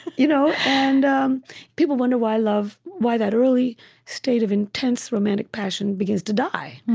you know and um people wonder why love why that early state of intense romantic passion begins to die.